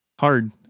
hard